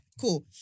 Cool